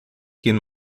gehen